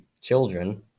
children